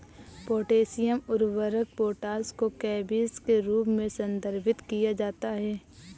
potassium उर्वरक potash को केबीस के रूप में संदर्भित किया जाता है